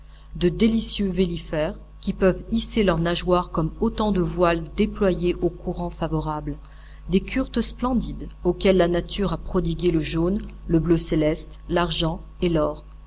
de délicieux vélifères qui peuvent hisser leurs nageoires comme autant de voiles déployées aux courants favorables des kurtes splendides auxquels la nature a prodigué le jaune le bleu céleste l'argent et l'or